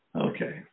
Okay